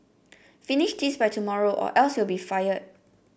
finish this by tomorrow or else you'll be fired